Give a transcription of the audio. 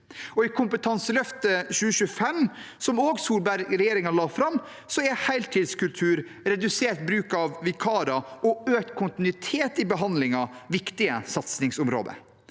I Kompetanseløft 2025, som Solbergregjeringen også la fram, er heltidskultur, redusert bruk av vikarer og kontinuitet i behandlingen viktige satsingsområder.